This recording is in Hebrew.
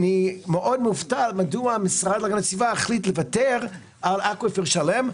אני מופתע למה המשרד להגנת הסביבה החליט לוותר על אקוויפר שלם.